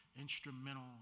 instrumental